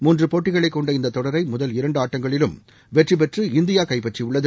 மூன்றுப் போட்டிகளைக் கொண்ட இந்தத் தொடரை முதல் இரண்டு ஆட்டங்களிலும் வெற்றிபெற்று இந்தியா கைப்பற்றியுள்ளது